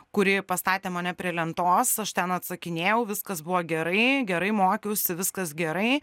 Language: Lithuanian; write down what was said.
kuri pastatė mane prie lentos aš ten atsakinėjau viskas buvo gerai gerai mokiausi viskas gerai